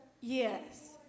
Yes